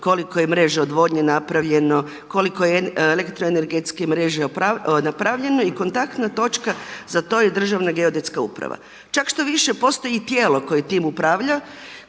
koliko je mreža odvodnje napravljeno, koliko je elektroenergetske mreže napravljeno i kontaktna točka za to je Državna geodetska uprava. Čak štoviše postoji i tijelo koje tim upravlja